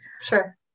Sure